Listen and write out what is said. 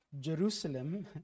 Jerusalem